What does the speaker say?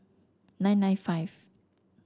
nine nine five